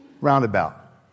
roundabout